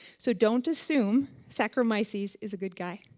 so don't assume saccharomyces is a good guy,